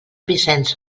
vicenç